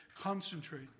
concentrate